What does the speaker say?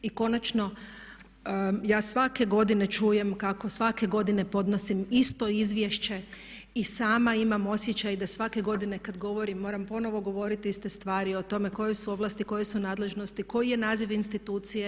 I konačno, ja svake godine čujem kako svake godine podnosim isto izvješće i sama imam osjećaj da svake godine kad govorim moram ponovo govoriti iste stvari o tome koje su ovlasti, koje su nadležnosti, koji je naziv institucije.